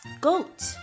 goat